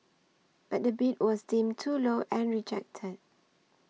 but the bid was deemed too low and rejected